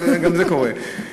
אבל גם זה קורה.